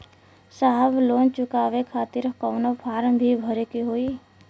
साहब लोन चुकावे खातिर कवनो फार्म भी भरे के होइ?